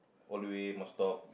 all the way must talk